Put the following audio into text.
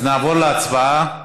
אז נעבור להצבעה.